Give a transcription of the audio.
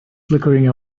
flickering